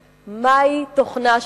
מהו תוכנה של מדינת ישראל?